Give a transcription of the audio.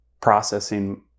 processing